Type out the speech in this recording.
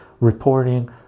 reporting